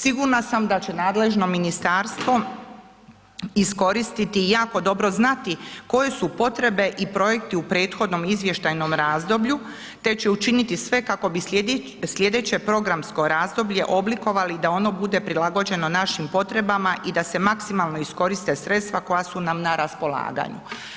Sigurna sam da će nadležno ministarstvo iskoristiti i jako dobro znati koje su potrebe i projekti u prethodnom izvještajnom razdoblju, te će učiniti sve kako bi slijedeće programsko razdoblje oblikovali da ono bude prilagođeno našim potrebama i da se maksimalno iskoriste sredstava koja su nam na raspolaganju.